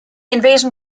invasion